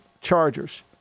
Chargers